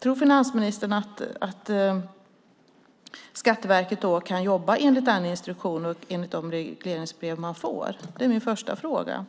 Tror finansministern att Skatteverket kan jobba enligt den instruktion och de regleringsbrev man får? Det är min första fråga.